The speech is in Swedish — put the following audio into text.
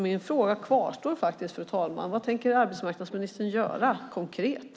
Min fråga kvarstår, fru talman: Vad tänker arbetsmarknadsministern göra konkret?